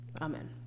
Amen